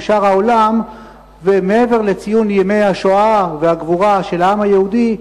שאר העולם ומעבר לציון ימי השואה והגבורה של העם היהודי,